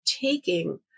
taking